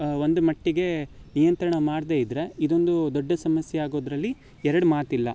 ಒಂದು ಮಟ್ಟಿಗೆ ನಿಯಂತ್ರಣ ಮಾಡದೆ ಇದ್ದರೆ ಇದೊಂದು ದೊಡ್ಡ ಸಮಸ್ಯೆ ಆಗೋದರಲ್ಲಿ ಎರಡು ಮಾತಿಲ್ಲ